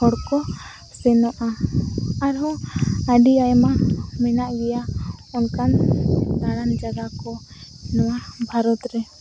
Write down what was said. ᱦᱚᱲᱠᱚ ᱥᱮᱱᱚᱜᱼᱟ ᱟᱨᱦᱚᱸ ᱟᱹᱰᱤ ᱟᱭᱢᱟ ᱢᱮᱱᱟᱜ ᱜᱮᱭᱟ ᱚᱱᱠᱟᱱ ᱫᱟᱬᱟᱱ ᱡᱟᱭᱜᱟᱠᱚ ᱱᱚᱣᱟ ᱵᱷᱟᱨᱚᱛᱨᱮ